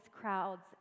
crowds